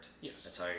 yes